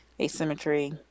asymmetry